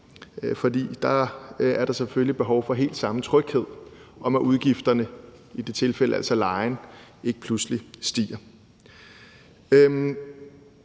der er selvfølgelig behov for helt samme tryghed om, at udgifterne, i det tilfælde altså lejen, ikke pludselig stiger.